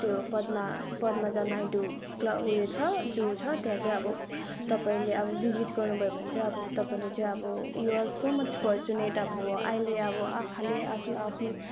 त्यो पद्मा पद्माजा नाइडु क्ल उयो छ जू छ त्यहाँ चाहिँ अब तपाईँले अब भिडिट गर्नुभयो भने चाहिँ अब तपाईँले चाहिँ अब you are so much fortunate अब अहिले अब आँखाले आफ्नो आफ्नो